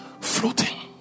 Floating